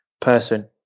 person